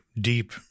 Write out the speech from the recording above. deep